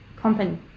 company